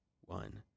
one